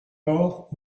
ports